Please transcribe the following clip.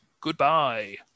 goodbye